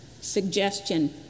suggestion